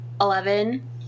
Eleven